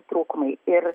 trūkumai ir